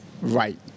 Right